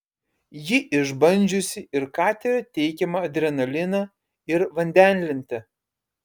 ji išbandžiusi ir katerio teikiamą adrenaliną ir vandenlentę